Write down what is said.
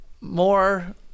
more